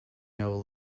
know